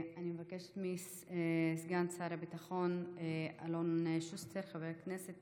אני מבקשת מסגן שר הביטחון חבר הכנסת